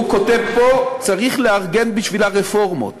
הוא כותב פה, "צריך לארגן בשבילה רפורמות